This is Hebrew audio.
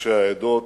ראשי העדות,